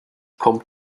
kommt